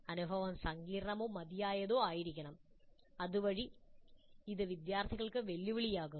അനുഭവം സങ്കീർണ്ണമോ മതിയായതോ ആയിരിക്കണം അതുവഴി ഇത് വിദ്യാർത്ഥികൾക്ക് വെല്ലുവിളിയാക്കുന്നു